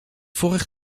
vorig